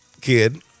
kid